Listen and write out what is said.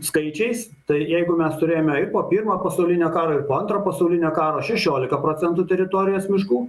skaičiais tai jeigu mes turėjome ir po pirmo pasaulinio karo ir po antro pasaulinio karo šešiolika procentų teritorijos miškų